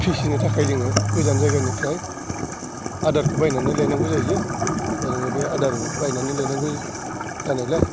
फिसिनो थाखाय जोङो गोजान जायगानिफ्राइ आदारखौ बायनानै लायनांगौ जाहैयो दा नोङो बे आदार बायनानै लायनांगौ जानायलाय